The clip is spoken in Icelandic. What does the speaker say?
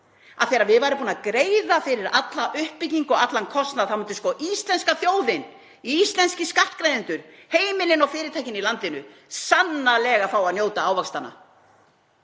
að þegar við værum búin að greiða fyrir alla uppbyggingu, allan kostnað, þá myndi íslenska þjóðin, íslenskir skattgreiðendur, heimilin og fyrirtækin í landinu sannarlega fá að njóta ávaxtanna.